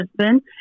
husband